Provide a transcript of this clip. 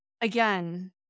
again